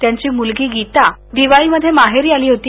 त्याची मुलगी गीतादिवळीमध्ये महिंदी आली होती